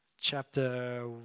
chapter